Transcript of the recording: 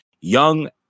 young